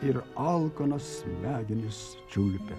ir alkanas smegenis čiulpia